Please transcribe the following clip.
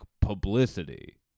publicity